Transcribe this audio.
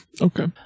Okay